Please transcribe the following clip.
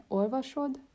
olvasod